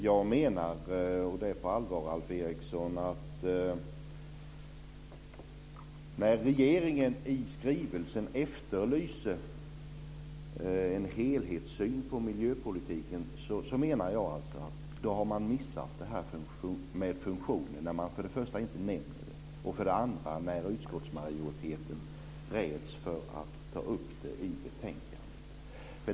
Jag menar, och det på allvar, Alf Eriksson, att när regeringen i skrivelsen efterlyser en helhetssyn på miljöpolitiken så har man missat detta med funktionen, för det första när man inte nämner den och för det andra när utskottsmajoriteten räds för att ta upp den i betänkandet.